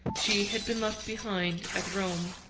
she had been left behind at rome.